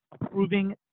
approving